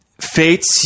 fates